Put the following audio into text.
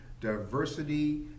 Diversity